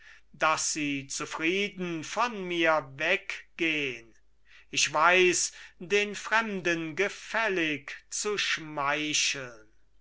daß sie zufrieden von mir weggehn ich weiß den fremden gefällig zu schmeicheln